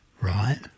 Right